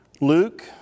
Luke